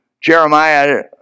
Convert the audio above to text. Jeremiah